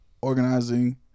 Organizing